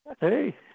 Hey